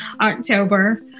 October